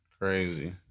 crazy